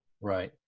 Right